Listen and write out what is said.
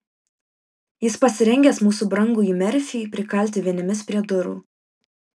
jis pasirengęs mūsų brangųjį merfį prikalti vinimis prie durų